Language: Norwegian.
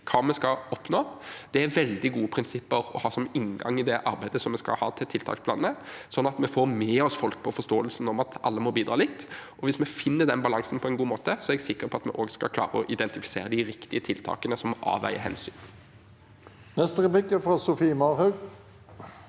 det vi skal oppnå. Det er veldig gode prinsipper å ha som inngang til det arbeidet vi skal ha med tiltaksplanene, sånn at vi får med oss folk i forståelsen av at alle må bidra litt. Hvis vi finner den balansen på en god måte, er jeg sikker på at vi også skal klare å identifisere de riktige tiltakene som avveier hensyn. Sofie Marhaug